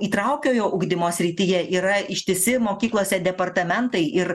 įtraukiojo ugdymo srityje yra ištisi mokyklose departamentai ir